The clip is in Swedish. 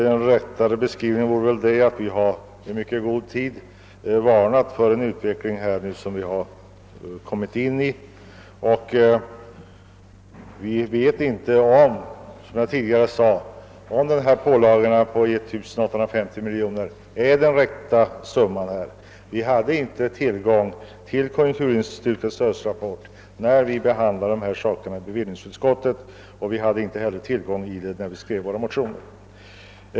Den rätta är att vi i mycket god tid varnade för den utveckling vi nu är inne i. Som jag tidigare sade vet vi inte om de 1850 miljoner som nämnts är den rätta summan. Vi hade inte tillgång till konjunkturinstitutets rapport när vi i bevillningsutskottet behandlade dessa saker, och vi hade heller inte tillgång till den när vi skrev våra motioner.